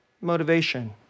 motivation